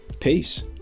Peace